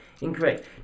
Incorrect